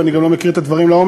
ואני גם לא מכיר את הדברים לעומק,